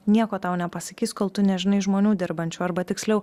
nieko tau nepasakys kol tu nežinai žmonių dirbančių arba tiksliau